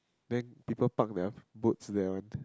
then people park their boats there one